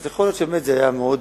יכול להיות שהיה מאוד